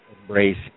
embrace